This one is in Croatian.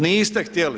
Niste htjeli.